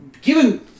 given